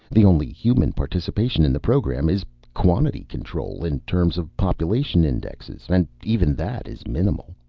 the only human participation in the program is quantity-control in terms of population indexes. and even that is minimal.